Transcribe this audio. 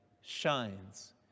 shines